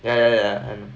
ya ya yeah and